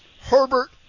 Herbert